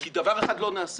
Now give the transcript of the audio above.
דבר אחד לא נעשה,